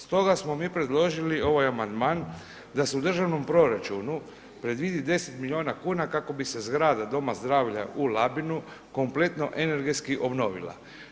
Stoga smo mi predložili ovaj amandman da se u državnom proračunu predvidi 10 milijuna kuna kako bi se zgrada Doma zdravlja u Labinu kompletno energetski obnovila.